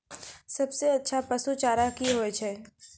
सबसे अच्छा पसु चारा की होय छै?